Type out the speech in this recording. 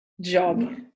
job